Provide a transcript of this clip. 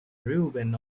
reuben